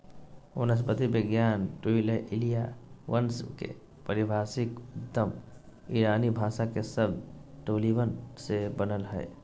वनस्पति विज्ञान ट्यूलिया वंश के पारिभाषिक उद्गम ईरानी भाषा के शब्द टोलीबन से बनल हई